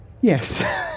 Yes